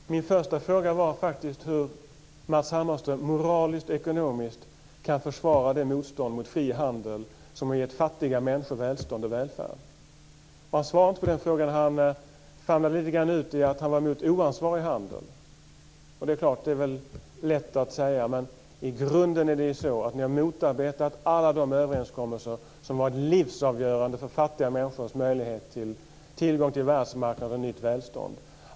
Herr talman! Min första fråga var faktiskt hur Matz Hammarström moraliskt och ekonomiskt kan försvara motståndet mot den fria handel som har gett fattiga människor välstånd och välfärd. Han svarade inte på den frågan. Han svävar lite grann ut i att han är emot oansvarig handel. Det är väl lätt att säga. I grunden är det ju så att ni har motarbetat alla de överenskommelser som har varit livsavgörande för fattiga människors tillgång till världsmarknaden och nytt välstånd.